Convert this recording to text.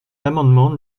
l’amendement